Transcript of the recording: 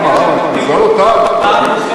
למה, אתה יודע למה, אדוני ראש הממשלה?